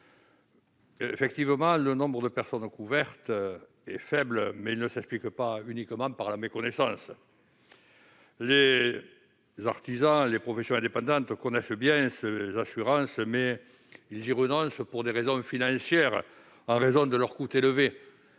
Certes, le nombre de personnes couvertes est faible, mais cela ne s'explique pas uniquement par la méconnaissance de cette possibilité. Les artisans et les professions indépendantes connaissent bien les assurances ; ils y renoncent pour des raisons financières, en raison de leur coût élevé.